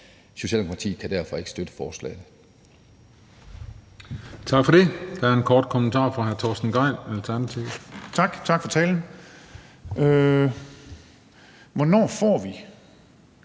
Socialdemokratiet kan derfor ikke støtte forslaget.